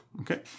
Okay